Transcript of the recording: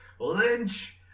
Lynch